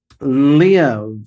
live